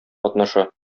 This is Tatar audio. катнаша